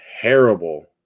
terrible